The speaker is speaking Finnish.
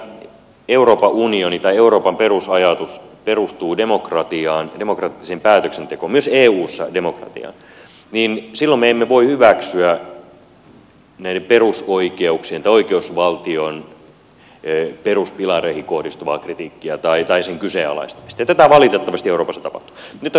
jos ajatellaan että euroopan unionin tai euroopan perusajatus perustuu demokratiaan demokraattiseen päätöksentekoon myös eussa demokratiaan niin silloin me emme voi hyväksyä näihin oikeusvaltion peruspilareihin kohdistuvaa kritiikkiä tai niiden kyseenalaistamista ja tätä valitettavasti euroopassa tapahtuu